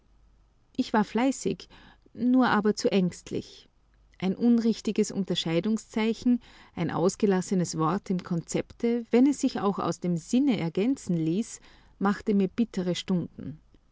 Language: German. ich war fleißig nur aber zu ängstlich ein unrichtiges unterscheidungszeichen ein ausgelassenes wort im konzepte wenn es sich auch aus dem sinne ergänzen ließ machte mir bittere stunden